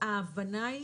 ההבנה היא,